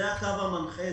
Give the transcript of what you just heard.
זה הקו המנחה,